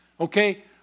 okay